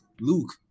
Luke